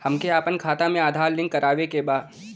हमके अपना खाता में आधार लिंक करावे के बा?